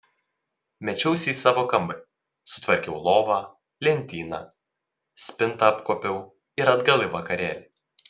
mečiausi į savo kambarį sutvarkiau lovą lentyną spintą apkuopiau ir atgal į vakarėlį